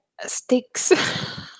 sticks